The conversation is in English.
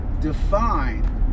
define